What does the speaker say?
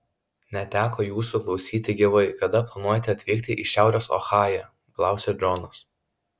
neteko jūsų klausyti gyvai kada planuojate atvykti į šiaurės ohają klausia džonas